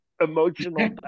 emotional